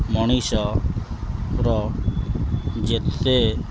ମଣିଷର ଯେତେ